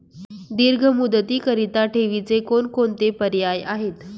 दीर्घ मुदतीकरीता ठेवीचे कोणकोणते पर्याय आहेत?